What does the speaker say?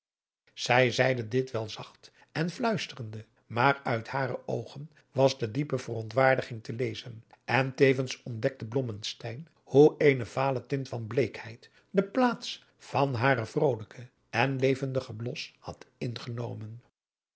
zij zeide dit wel zacht en fluisterende maar uit hare oogen was de diepe verontwaardiging te lezen en tevens ontdekte blommesteyn hoe eene vale tint van bleekheid de plaats van haren vrolijken en levendigen blos had ingenomen